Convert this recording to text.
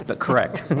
but correct.